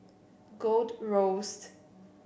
Gold Roast